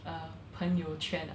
err 朋友圈 ah